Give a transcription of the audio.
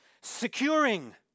securing